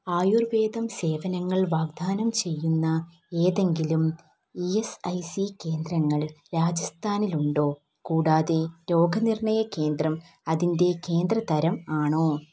ആയുർവേദം സേവനങ്ങൾ വാഗ്ദാനം ചെയ്യുന്ന ഏതെങ്കിലും ഇ എസ് ഐ സി കേന്ദ്രങ്ങൾ രാജസ്ഥാനിലുണ്ടോ കൂടാതെ രോഗനിർണയ കേന്ദ്രം അതിൻ്റെ കേന്ദ്ര തരം ആണോ